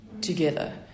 together